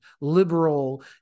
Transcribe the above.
liberal